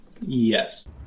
Yes